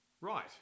Right